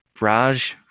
Raj